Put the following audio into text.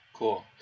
Cool